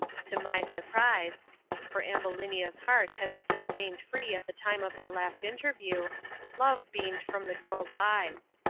to my surprise for ambulinia's heart had still seemed free at the time of their last interview love beamed from the girl's eyes.